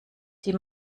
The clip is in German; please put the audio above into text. die